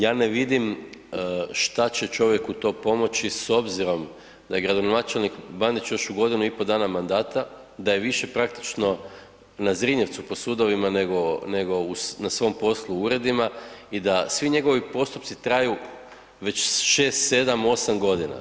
Ja ne vidim što će čovjeku to pomoći s obzirom da je gradonačelnik Bandić još u godinu i pol dana mandata, da je više praktično na Zrinjevcu po sudovima nego na svom poslu u uredima i da svi njegovi postupci traju već 6, 7, 8 godina.